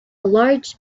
large